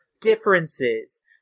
differences